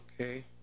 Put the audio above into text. Okay